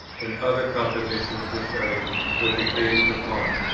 and other compositions which i was engaged upon.